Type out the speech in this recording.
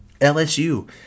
LSU